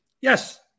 yes